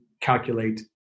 calculate